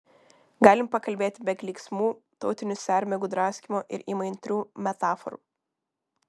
galim pakalbėti be klyksmų tautinių sermėgų draskymo ir įmantrių metaforų